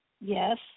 Yes